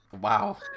Wow